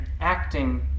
acting